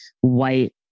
white